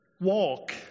walk